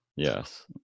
Yes